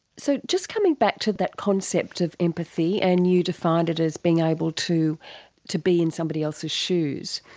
so just coming back to that concept of empathy and you defined it as being able to to be in somebody else's shoes.